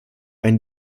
ein